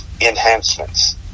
enhancements